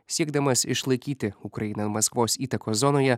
siekdamas išlaikyti ukrainą maskvos įtakos zonoje